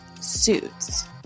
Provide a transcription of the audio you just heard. Suits